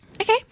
Okay